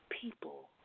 people